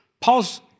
Paul's